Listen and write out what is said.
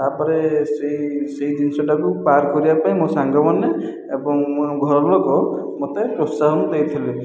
ତାପରେ ସେଇ ସେଇ ଜିନିଷଟାକୁ ପାର କରିବାପାଇଁ ମୋ ସାଙ୍ଗମାନେ ଏବଂ ମୋ ଘରଲୋକ ମୋତେ ପ୍ରୋତ୍ସାହନ ଦେଇଥିଲେ